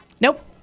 Nope